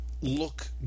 look